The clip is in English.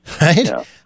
Right